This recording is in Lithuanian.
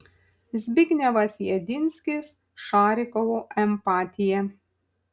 zbignevas jedinskis šarikovo empatija